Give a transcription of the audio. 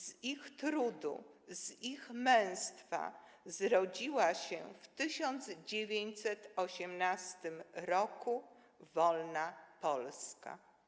Z ich trudu, z ich męstwa zrodziła się w 1918 r. wolna Polska.